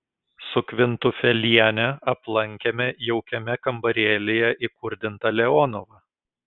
su kvintufeliene aplankėme jaukiame kambarėlyje įkurdintą leonovą